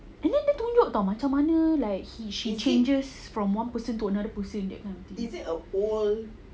and then dia tunjuk [tau] macam mana like she changes from one person to another person that kind of thing